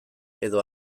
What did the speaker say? edo